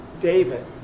David